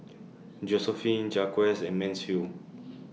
Josephine Jacquez and Mansfield